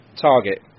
Target